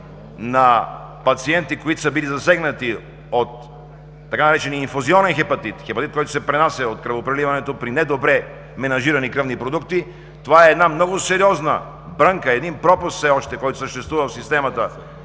на засегнати пациенти от така наречения „инфузионен хепатит“ – хепатит, който се пренася от кръвопреливането при недобре менажирани кръвни продукти, това е една много сериозна брънка, един пропуск все още, който съществува в системата